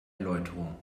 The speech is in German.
erläuterung